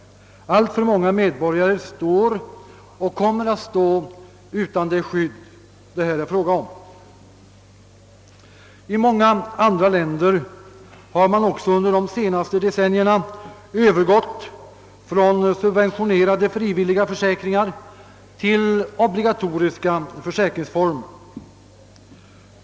Alltför många medborgare står och kommer att stå utan det skydd det här är fråga om. I många andra länder har man under de senaste decennierna övergått från subventionerade frivilliga försäkringar till obligatoriska försäkringsformer.